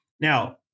Now